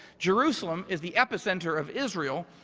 jerusalem is the epicenter of israel.